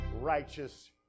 righteous